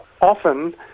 often